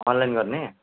online गर्ने